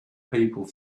people